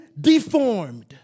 Deformed